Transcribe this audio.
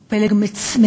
הוא פלג מסית,